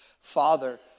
father